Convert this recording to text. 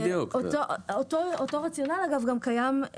את יודעת כמוני כמה אנשים לא מונו בזמן